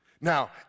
Now